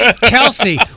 Kelsey